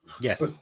Yes